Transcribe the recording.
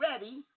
ready